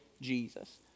Jesus